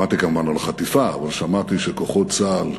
שמעתי כמובן על החטיפה, אבל שמעתי שכוחות צה"ל